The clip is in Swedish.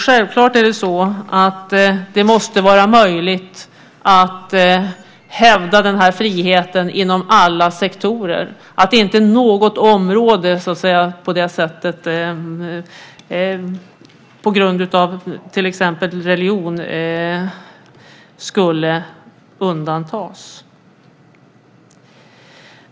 Självklart måste det vara möjligt att hävda den friheten inom alla sektorer så att inte något område på grund av till exempel religion ska undantas.